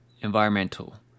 Environmental